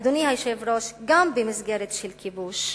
אדוני היושב-ראש, גם במסגרת של כיבוש,